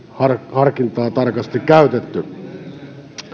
harkintaa tarkasti käytetty